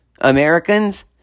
Americans